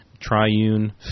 triune